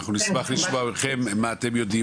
אנחנו נשמח לשמוע ממכם מה אתם יודעים